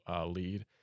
lead